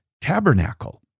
tabernacle